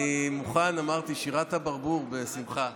אני מוכן, אמרתי, שירת הברבור, בשמחה.